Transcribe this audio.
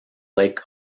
lake